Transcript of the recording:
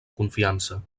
confiança